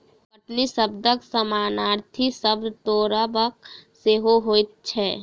कटनी शब्दक समानार्थी शब्द तोड़ब सेहो होइत छै